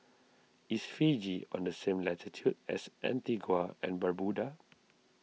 is Fiji on the same latitude as Antigua and Barbuda